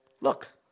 look